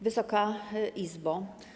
Wysoka Izbo!